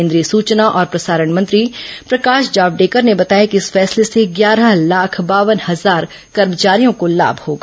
केंद्रीय सूचना और प्रसारण मंत्री प्रकाश जावडेकर ने बताया कि इस फैसले से ग्यारह लाख बावन हजार कर्मचारियों को लाम होगा